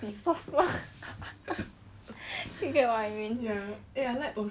you get what I mean